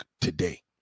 today